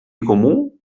comú